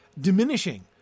Diminishing